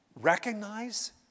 recognize